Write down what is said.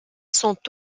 sont